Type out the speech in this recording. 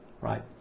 right